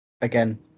again